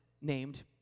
named